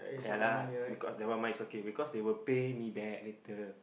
ya lah because that one mine it's okay because they will pay me back later